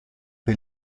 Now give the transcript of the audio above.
per